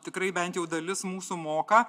tikrai bent jau dalis mūsų moka